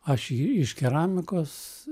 aš į jį iš keramikos